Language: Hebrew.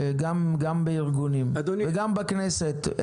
גם בארגונים וגם בכנסת.